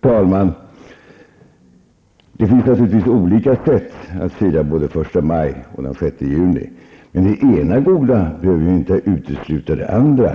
Fru talman! Det finns naturligtvis olika sätt att fira både den 1 maj och den 6 juni. Men det ena goda behöver ju inte utesluta det andra.